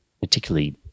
particularly